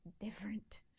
different